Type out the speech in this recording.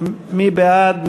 מי בעד?